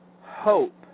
hope